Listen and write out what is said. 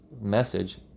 message